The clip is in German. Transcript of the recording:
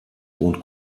wohnt